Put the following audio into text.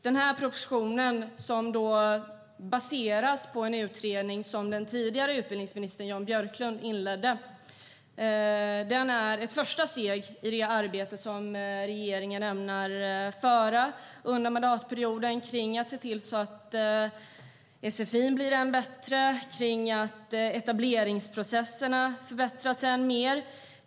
Den här propositionen, som baseras på en utredning som den tidigare utbildningsministern Jan Björklund tillsatte, är ett första steg i det arbete som regeringen ämnar bedriva under mandatperioden för att se till att sfi:n blir än bättre och att etableringsprocesserna förbättras än mer.